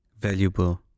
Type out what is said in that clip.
valuable